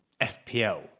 FPL